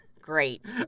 Great